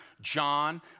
John